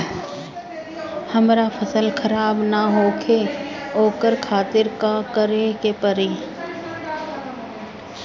हमर फसल खराब न होखे ओकरा खातिर का करे के परी?